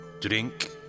drink